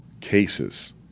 cases